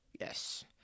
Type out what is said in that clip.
Yes